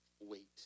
wait